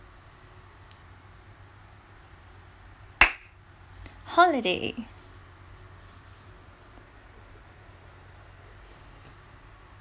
holiday